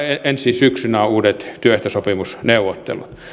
ensi syksynä on uudet työehtosopimusneuvottelut